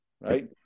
right